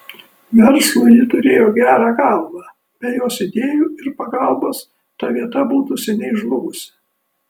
verslui ji turėjo gerą galvą be jos idėjų ir pagalbos ta vieta būtų seniai žlugusi